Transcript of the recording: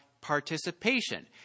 participation